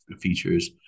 features